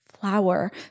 flower